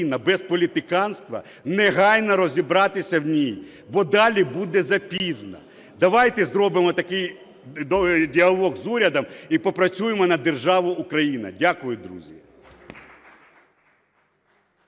без політиканства негайно розібратися в ній, бо далі буде запізно. Давайте зробимо такий довгий діалог з урядом і попрацюємо на державу Україна. Дякую, друзі.